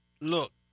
look